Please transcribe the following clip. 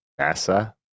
NASA